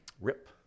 rip